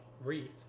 wreath